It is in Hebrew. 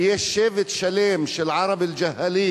ויש שבט שלם של ערב-אל-ג'האלין,